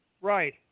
Right